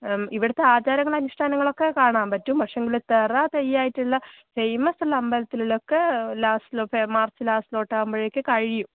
ഇവിടുത്തെ ആചാരങ്ങൾ അനുഷ്ഠാനങ്ങളൊക്കെ കാണാൻ പറ്റും പക്ഷേ നമ്മൾ തിറ തെയ്യമായിട്ടുള്ള ഫേമസ് ഉള്ള അമ്പലത്തിലൊക്കെ ലാസ്റ്റിലൊക്കെ മാർച്ച് ലാസ്റ്റിലോട്ടാവുമ്പോഴേക്ക് കഴിയും